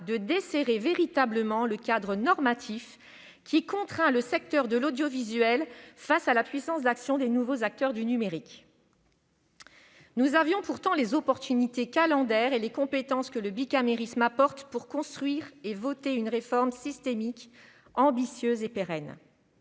de desserrer véritablement le cadre normatif qui contraint le secteur de l'audiovisuel face à la puissance d'action des nouveaux acteurs du numérique. Nous avions pourtant les occasions calendaires et les compétences que le bicamérisme apporte pour construire et voter une réforme systémique, ambitieuse et pérenne.